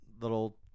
little